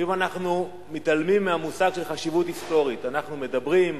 לפעמים אנחנו מתעלמים מהמושג "חשיבות היסטורית"; אנחנו מדברים,